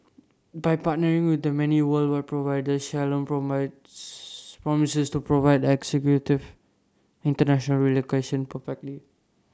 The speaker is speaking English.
by partnering with the many worldwide providers Shalom promises to provide the executive International relocation perfectly